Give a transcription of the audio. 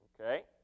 okay